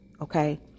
Okay